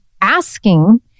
asking